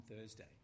Thursday